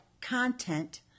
content